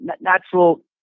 natural